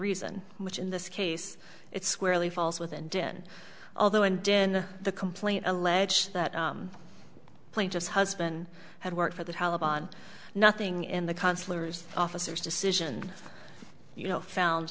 reason which in this case it squarely falls within didn't although and in the complaint allege that plane just husband had worked for the taliban nothing in the consular officers decision you know found